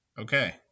Okay